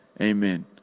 Amen